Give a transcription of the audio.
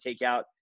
takeout